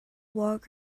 walk